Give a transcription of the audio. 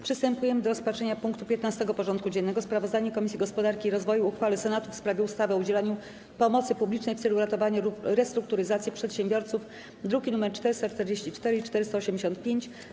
Przystępujemy do rozpatrzenia punktu 15. porządku dziennego: Sprawozdanie Komisji Gospodarki i Rozwoju o uchwale Senatu w sprawie ustawy o udzielaniu pomocy publicznej w celu ratowania lub restrukturyzacji przedsiębiorców (druki nr 444 i 485)